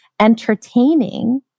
entertaining